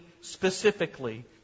specifically